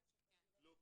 לא.